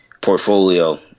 portfolio